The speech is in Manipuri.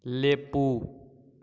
ꯂꯦꯞꯄꯨ